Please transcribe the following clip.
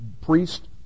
priest